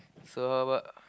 so how about